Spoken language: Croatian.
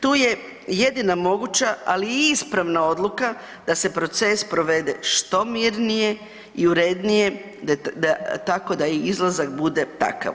Tu je jedina moguća ali i ispravna odluka da se proces provede što mirnije i urednije, tako da i izlazak bude takav.